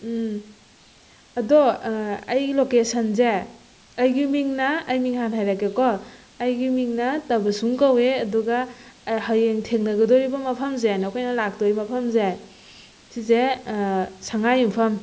ꯎꯝ ꯑꯗꯣ ꯑ ꯑꯩ ꯂꯣꯀꯦꯁꯟꯁꯦ ꯑꯩꯒꯤ ꯃꯤꯡꯅ ꯑꯩ ꯃꯤꯡ ꯍꯥꯟꯅ ꯍꯥꯏꯔꯛꯀꯦꯀꯣ ꯑꯩꯒꯤ ꯃꯤꯡꯅ ꯇꯕꯨꯁꯨꯡ ꯀꯧꯋꯦ ꯑꯗꯨꯒ ꯍꯌꯦꯡ ꯊꯦꯡꯅꯒꯗꯧꯔꯤꯕ ꯃꯐꯝꯁꯦ ꯅꯈꯣꯏꯅ ꯂꯥꯛꯇꯣꯏ ꯃꯐꯝꯁꯦ ꯁꯤꯁꯦ ꯁꯉꯥꯏꯌꯨꯝꯐꯝ